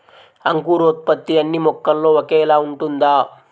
అంకురోత్పత్తి అన్నీ మొక్కల్లో ఒకేలా ఉంటుందా?